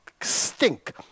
stink